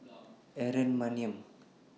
Aaron Maniam